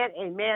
Amen